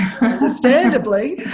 understandably